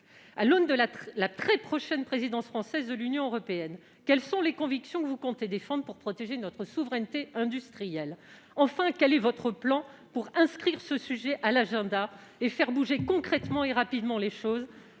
À l'approche de la présidence française de l'Union européenne, quelles sont les convictions que vous comptez défendre pour protéger notre souveraineté industrielle ? Enfin, quel est votre plan pour inscrire ce sujet à l'agenda et faire bouger concrètement et rapidement les choses ?